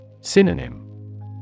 Synonym